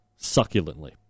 succulently